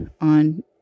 on